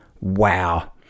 Wow